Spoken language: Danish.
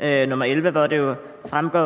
nr. 11, hvor det jo fremgår,